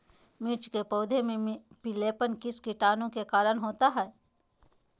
मिर्च के पौधे में पिलेपन किस कीटाणु के कारण होता है?